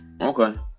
Okay